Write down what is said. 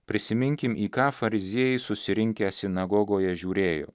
prisiminkim į ką fariziejai susirinkę sinagogoje žiūrėjo